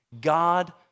God